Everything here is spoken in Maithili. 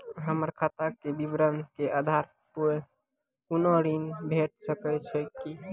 हमर खाता के विवरण के आधार प कुनू ऋण भेट सकै छै की?